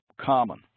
common